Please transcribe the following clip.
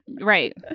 Right